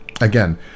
Again